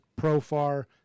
Profar